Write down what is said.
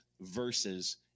verses